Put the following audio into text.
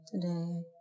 Today